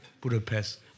Budapest